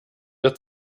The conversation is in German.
der